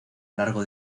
largo